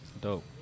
dope